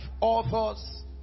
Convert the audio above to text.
authors